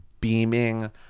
beaming